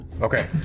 okay